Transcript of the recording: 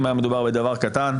אם היה מדובר בדבר קטן,